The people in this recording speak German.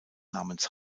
namens